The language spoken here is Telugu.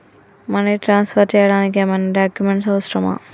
మనీ ట్రాన్స్ఫర్ చేయడానికి ఏమైనా డాక్యుమెంట్స్ అవసరమా?